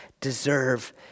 deserve